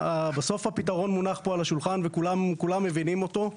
בסוף הפתרון מונח פה על השולחן וכולם מבינים אותו.